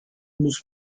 muss